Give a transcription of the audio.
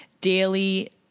daily